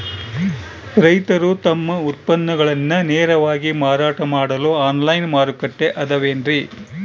ರೈತರು ತಮ್ಮ ಉತ್ಪನ್ನಗಳನ್ನ ನೇರವಾಗಿ ಮಾರಾಟ ಮಾಡಲು ಆನ್ಲೈನ್ ಮಾರುಕಟ್ಟೆ ಅದವೇನ್ರಿ?